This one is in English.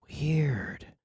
weird